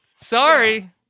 Sorry